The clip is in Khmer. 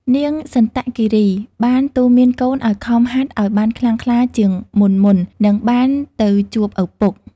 នាងសន្តគីរី បានទូន្មានកូនឱ្យខំហាត់ឱ្យបានខ្លាំងក្លាជាងមុនៗនឹងបានទៅជួបឪពុក។